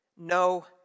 no